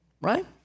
right